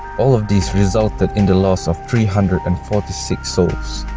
all of these resulted in the loss of three hundred and forty six souls.